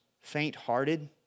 faint-hearted